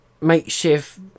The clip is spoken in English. makeshift